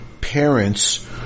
parents